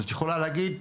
את יכולה להגיד,